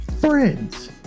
Friends